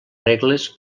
regles